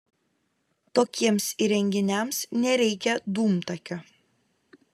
tokiems įrenginiams nereikia dūmtakio